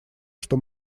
что